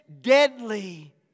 deadly